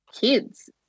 kids